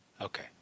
Okay